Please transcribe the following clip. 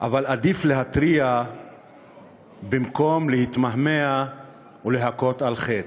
אבל עדיף להתריע במקום להתמהמה ולהכות על חטא.